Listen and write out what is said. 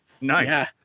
Nice